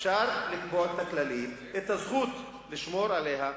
אפשר לקבוע את הכללים, את הזכות לשמור עליה,